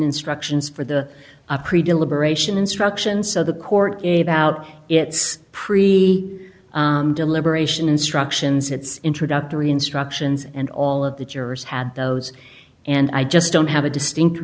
instructions for the approved a liberation instruction so the court gave out its pre deliberation instructions its introductory instructions and all of the jurors had those and i just don't have a distinct